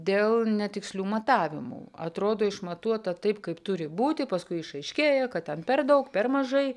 dėl netikslių matavimų atrodo išmatuota taip kaip turi būti paskui išaiškėja kad ten per daug per mažai